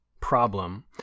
problem